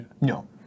No